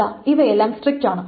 ദാ ഇവയെല്ലാം സ്ട്രിക്റ്റ് ആണ്